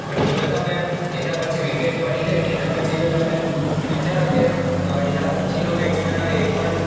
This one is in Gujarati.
પણ જો તમે એના પછી વિકેટ પડી જાયને એના પછી જો તમે વિચારો કે એના પછીનો બેટ્સમેન આવે એ પણ